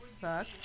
suck